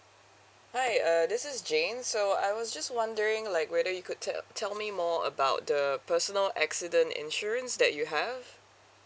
hi uh this is jane so I was just wondering like whether you could tell tell me more about the personal accident insurance that you have